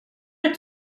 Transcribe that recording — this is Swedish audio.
att